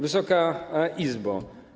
Wysoka Izbo!